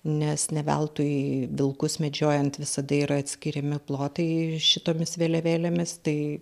nes ne veltui vilkus medžiojant visada yra atskiriami plotai šitomis vėliavėlėmis tai